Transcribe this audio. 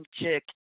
Chick